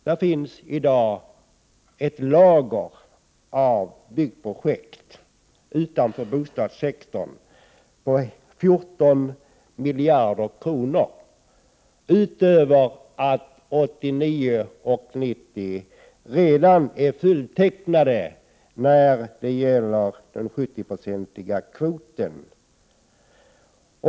Här finns i dag ett lager av byggprojekt utanför bostadssektorn på 14 miljarder kronor, utöver att åren 1989 och 1990 redan är fulltecknade inom den 70-procentiga kvoten.